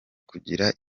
kugira